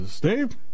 Dave